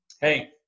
hey